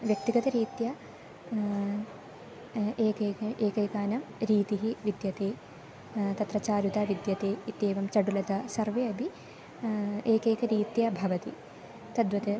व्यक्तिगतरीत्या एकैकः एकैकानां रीतिः विद्यते तत्र चारुता विद्यते इत्येवं चरुलता सर्वे अपि एकैकरीत्या भवन्ति तद्वत्